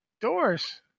doors